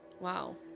Wow